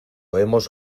hemos